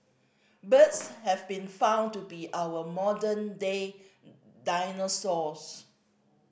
birds have been found to be our modern day dinosaurs